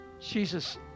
Jesus